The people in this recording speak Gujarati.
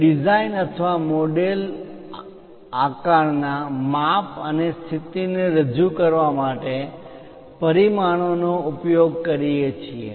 અમે ડિઝાઇન અથવા મોડેલ આકારના માપ અને સ્થિતિ ને રજૂ કરવા માટે પરિમાણોનો ઉપયોગ કરીએ છીએ